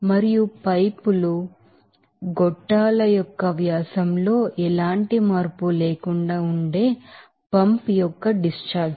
మరియు పైపులు మరియు గొట్టాల యొక్క వ్యాసంలో ఎలాంటి మార్పు లేకుండా ఉండే పంప్ యొక్క డిశ్చార్జ్